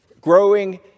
growing